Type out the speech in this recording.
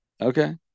okay